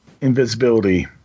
invisibility